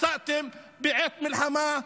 מצאתם בעת מלחמה,